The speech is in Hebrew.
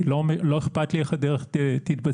לא אכפת לי באיזו דרך זה יהיה,